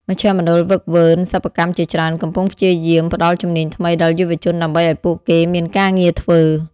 មជ្ឈមណ្ឌលហ្វឹកហ្វឺន សិប្បកម្មជាច្រើនកំពុងព្យាយាមផ្តល់ជំនាញថ្មីដល់យុវជនដើម្បីឱ្យពួកគេមានការងារធ្វើ។